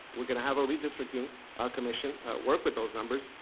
we're gonna have a redistricting ah commission work with those numbers,